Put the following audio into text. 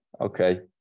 Okay